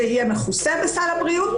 זה יהיה מכוסה בסל הבריאות,